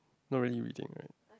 not really reading right